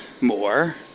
More